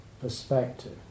perspective